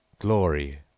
glory